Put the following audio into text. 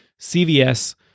CVS